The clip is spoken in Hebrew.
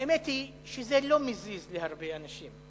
האמת היא שזה לא מזיז להרבה אנשים.